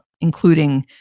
including